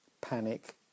panic